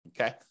Okay